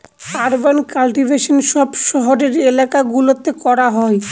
urban cultivation সব শহরের এলাকা গুলোতে করা হয়